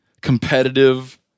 competitive